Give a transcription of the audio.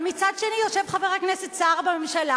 אבל מצד שני יושב חבר הכנסת סער בממשלה